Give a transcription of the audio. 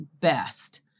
best